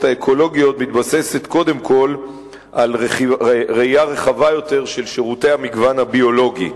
האקולוגיות מתבססת קודם כול על ראייה רחבה יותר של שירותי המגוון הביולוגי,